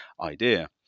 idea